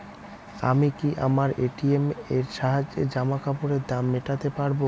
আমি কি আমার এ.টি.এম এর সাহায্যে জামাকাপরের দাম মেটাতে পারব?